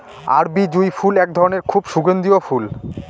আরবি জুঁই ফুল এক ধরনের খুব সুগন্ধিও ফুল